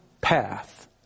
path